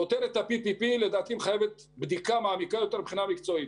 כותרת ה-PPP מחייבת בדיקה מעמיקה יותר מבחינה מקצועית,